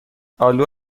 آلو